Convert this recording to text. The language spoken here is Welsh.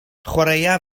chwaraea